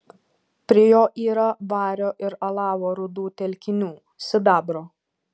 prie jo yra vario ir alavo rūdų telkinių sidabro